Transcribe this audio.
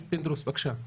בבקשה.